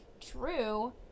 True